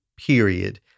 period